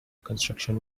construction